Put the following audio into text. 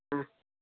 ம்